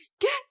get